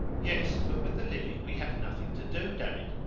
yes, but with the living we have nothing to do, damn it!